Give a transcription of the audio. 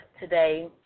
today